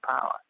power